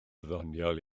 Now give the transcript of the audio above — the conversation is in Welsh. ddoniol